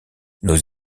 nos